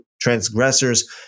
transgressors